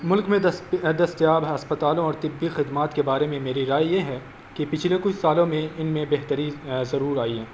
ملک میں دست دستیاب ہسپتالوں اور طبی خدمات کے بارے میں میری رائے یہ ہے کہ پچھلے کچھ سالوں میں ان میں بہتری ضرور آئی ہے